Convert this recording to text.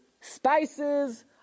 spices